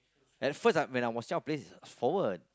at first I when I was young place is forward